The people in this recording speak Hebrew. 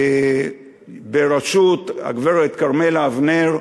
בראשות הגברת כרמלה אבנר,